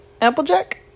applejack